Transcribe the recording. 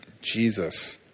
Jesus